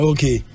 Okay